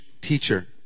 teacher